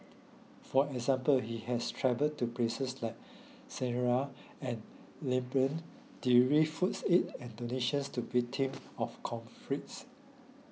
for example he has travelled to places like Syria and Lebanon foods aid and donations to victim of conflicts